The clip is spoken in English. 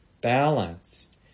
balanced